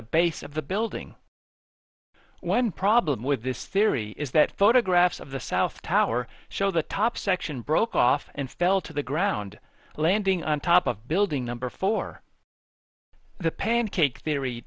the base of the building one problem with this theory is that photographs of the south tower show the top section broke off and fell to the ground landing on top of building number four the pancake theory